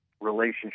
relationship